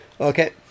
Okay